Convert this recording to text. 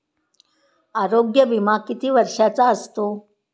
आरोग्य विमा किती वर्षांचा असतो?